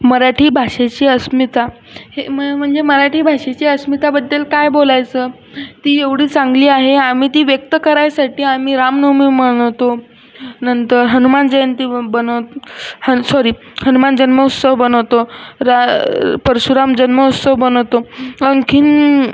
मराठी भाषेची अस्मिता हे मं म्हणजे मराठी भाषेच्या अस्मितेबद्दल काय बोलायचं ती एवढी चांगली आहे आम्ही ती व्यक्त करायसाठी आम्ही रामनवमी मनवतो नंतर हनुमान जयंती बन हन् सॉरी हनुमान जन्मोत्सव बनवतो रा परशुराम जन्मोत्सव बनवतो आणखी